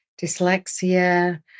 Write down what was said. dyslexia